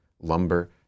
lumber